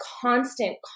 constant